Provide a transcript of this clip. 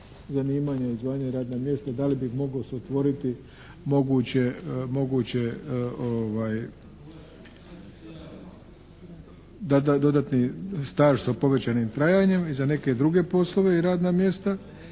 zanimanja i zvanja i radna mjesta, da li bi moglo se otvoriti moguće dodatni staž sa povećanim trajanjem i za neke druge poslove i radna mjesta.